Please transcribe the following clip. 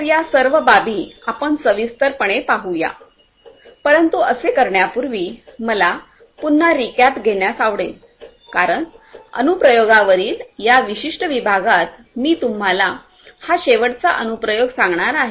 तर या सर्व बाबी आपण सविस्तरपणे पाहूया परंतु असे करण्यापूर्वी मला पुन्हा रिकॅप घेण्यास आवडेल कारण अनुप्रयोगांवरील या विशिष्ट विभागात मी तुम्हाला हा शेवटचा अनुप्रयोग सांगणार आहे